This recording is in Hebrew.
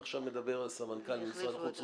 ועכשיו מדבר סמנכ"ל משרד החוץ,